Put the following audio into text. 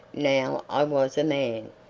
now i was a man.